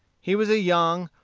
he was a young,